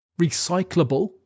recyclable